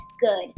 good